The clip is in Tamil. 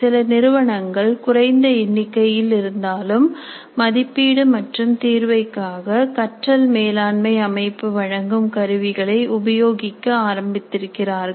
சில நிறுவனங்கள் குறைந்த எண்ணிக்கையில் இருந்தாலும் மதிப்பீடு மற்றும் தீர்வைகாக கற்றல் மேலாண்மை அமைப்பு வழங்கும் கருவிகளை உபயோகிக்க ஆரம்பித்திருக்கிறார்கள்